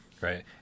Right